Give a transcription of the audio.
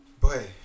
Boy